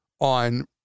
on